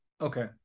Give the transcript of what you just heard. Okay